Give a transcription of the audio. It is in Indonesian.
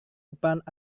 depan